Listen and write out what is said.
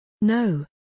No